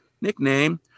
nickname